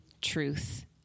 truth